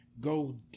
go